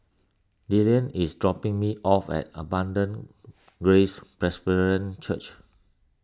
Dillan is dropping me off at Abundant Grace Presbyterian Church